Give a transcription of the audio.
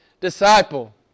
disciple